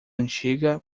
antiga